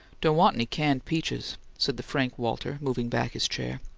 doe' want ny canned peaches, said the frank walter, moving back his chair.